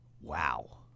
Wow